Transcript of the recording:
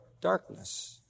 darkness